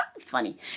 Funny